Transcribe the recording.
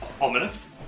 Ominous